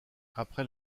après